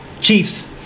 Chiefs